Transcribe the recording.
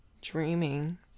dreaming